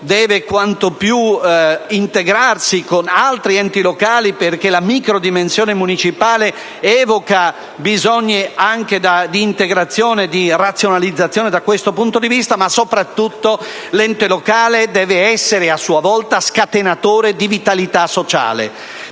quanto più possibile con altri enti locali, perché la microdimensione municipale evoca bisogni anche di integrazione e di razionalizzazione; ma soprattutto l'ente locale deve essere, a sua volta, scatenatore di vitalità sociale.